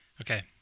okay